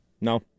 No